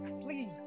please